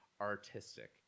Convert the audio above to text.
artistic